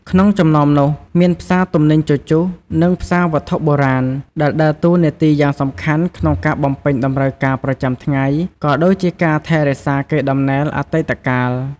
ក្នុងចំណោមនោះ មានផ្សារទំនិញជជុះ និងផ្សារវត្ថុបុរាណ ដែលដើរតួនាទីយ៉ាងសំខាន់ក្នុងការបំពេញតម្រូវការប្រចាំថ្ងៃ ក៏ដូចជាការថែរក្សាកេរដំណែលអតីតកាល។